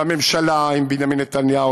שהממשלה עם בנימין נתניהו,